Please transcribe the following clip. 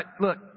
look